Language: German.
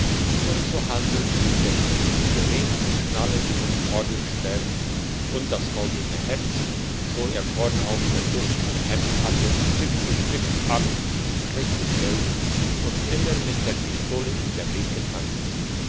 und so handelt ihm der spitzbube ring und schnallen und ordensstern und das goldne herz so er vorne auf der brust im hemd hatte stück für stück ab um schlechtes geld und immer mit der pistole in der linken hand